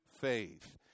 faith